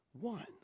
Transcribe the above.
one